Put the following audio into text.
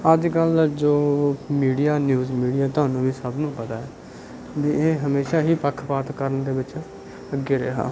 ਅੱਜ ਕੱਲ੍ਹ ਦਾ ਜੋ ਮੀਡੀਆ ਨਿਊਜ਼ ਮੀਡੀਆ ਤੁਹਾਨੂੰ ਵੀ ਸਭ ਨੂੰ ਪਤਾ ਵੀ ਇਹ ਹਮੇਸ਼ਾ ਹੀ ਪੱਖਪਾਤ ਕਰਨ ਦੇ ਵਿੱਚ ਅੱਗੇ ਰਿਹਾ